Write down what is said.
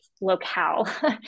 locale